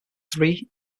three